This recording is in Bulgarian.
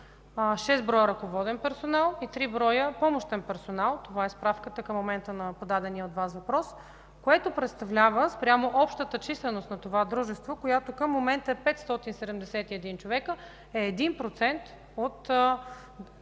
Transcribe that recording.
броя ръководен персонал и три броя помощен персонал. Това е справката към момента на подадения от Вас въпрос. То представлява спрямо общата численост на това дружество, която към момента е 571 човека – 1% от